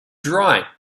dry